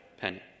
penny